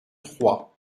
trois